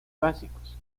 básicos